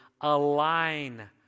align